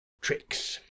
tricks